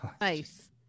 Nice